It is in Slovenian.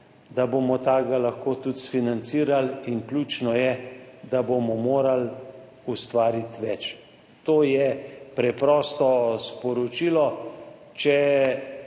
lahko tudi sfinancirali, in ključno je, da bomo morali ustvariti več. To je preprosto sporočilo. Če